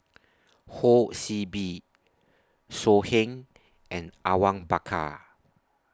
Ho See Beng So Heng and Awang Bakar